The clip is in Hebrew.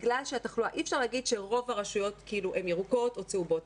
אי-אפשר להגיד שרוב הרשויות הן ירוקות או צהובות.